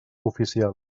oficials